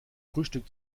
frühstück